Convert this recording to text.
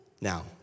Now